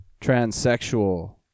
transsexual